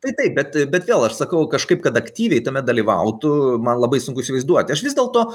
tai taip bet bet vėl aš sakau kažkaip kad aktyviai tame dalyvautų man labai sunku įsivaizduoti aš vis dėlto